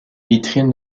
vitrines